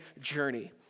journey